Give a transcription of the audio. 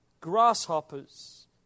grasshoppers